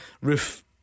roof